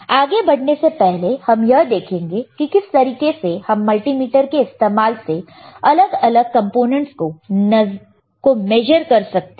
आगे बढ़ने से पहले हम यह देखेंगे कि किस तरीके से हम मल्टीमीटर के इस्तेमाल से अलग अलग कॉम्पोनेंट्स को मेजरकर सकते हैं